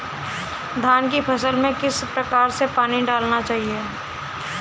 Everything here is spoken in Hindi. धान की फसल में किस प्रकार से पानी डालना चाहिए?